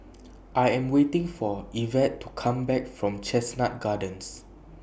I Am waiting For Evette to Come Back from Chestnut Gardens